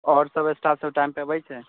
आओर सब स्टाफसब टाइमपर अबै छै